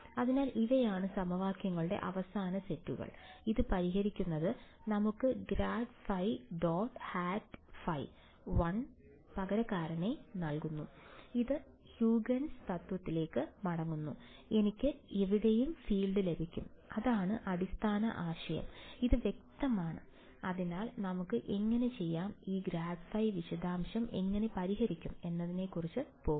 അതിനാൽ ഇവയാണ് സമവാക്യങ്ങളുടെ അവസാന സെറ്റുകൾ ഇത് പരിഹരിക്കുന്നത് നമുക്ക് grad phi dot n hat phi 1 പകരക്കാരനെ നൽകുന്നു അത് ഹ്യൂഗൻസ് തത്വത്തിലേക്ക് മടങ്ങുന്നു എനിക്ക് എവിടെയും ഫീൽഡ് ലഭിക്കും അതാണ് അടിസ്ഥാന ആശയം ഇത് വ്യക്തമാണ് അതിനാൽ നമുക്ക് എങ്ങനെ ചെയ്യാം ഈ ഗ്രേഡ് വിശദാംശം എങ്ങനെ പരിഹരിക്കും എന്നതിനെ കുറിച്ച് പോകുക